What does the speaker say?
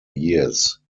years